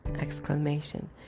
exclamation